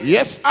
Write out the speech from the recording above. Yes